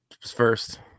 first